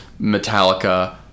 Metallica